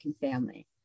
family